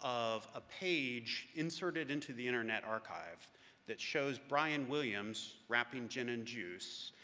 of a page inserted into the internet archive that shows brian williams rapping gin and juice,